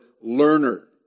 learner